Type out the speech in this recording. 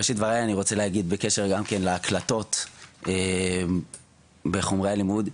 בראשית דבריי אני רוצה גם כן להגיד בקשר להקלטות בחומרי הלימוד,